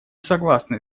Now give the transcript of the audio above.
согласны